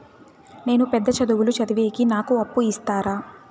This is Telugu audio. నేను పెద్ద చదువులు చదివేకి నాకు అప్పు ఇస్తారా